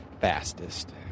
fastest